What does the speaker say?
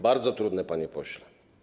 Bardzo trudne, panie pośle.